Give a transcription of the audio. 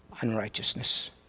unrighteousness